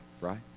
right